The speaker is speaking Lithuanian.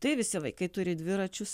tai visi vaikai turi dviračius